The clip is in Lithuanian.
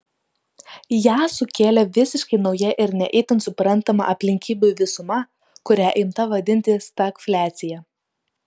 ją sukėlė visiškai nauja ir ne itin suprantama aplinkybių visuma kurią imta vadinti stagfliacija